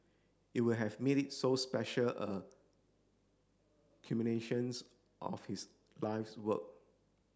it would have made it so special a culminations of his life's work